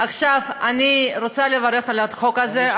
עכשיו אני רוצה לברך על החוק הזה.